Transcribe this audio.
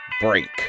break